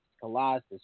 Colossus